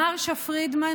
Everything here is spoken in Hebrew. מרשה פרידמן,